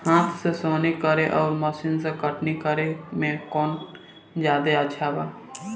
हाथ से सोहनी करे आउर मशीन से कटनी करे मे कौन जादे अच्छा बा?